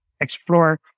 explore